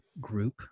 group